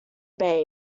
babe